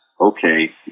okay